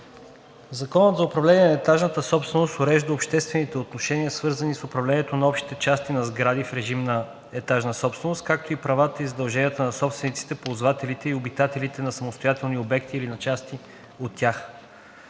Законът за управление на етажната собственост урежда обществените отношения, свързани с управлението на общите части на сгради в режим на етажна собственост, както и правата и задълженията на собствениците, ползвателите и обитателите на самостоятелни обекти или на части от тях.